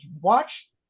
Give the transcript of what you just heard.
watch